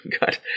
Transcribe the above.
God